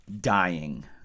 Dying